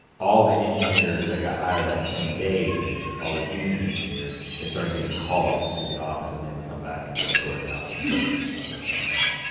all the engineers that got hired on the same day as me, all the junior engineers, they started getting called into the office and they would come back and be escorted out. and so i was like, oh, no,